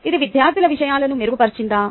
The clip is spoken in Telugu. ఇది విద్యార్థుల విషయాలను మెరుగుపరిచిందా